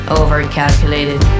overcalculated